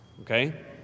Okay